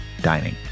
dining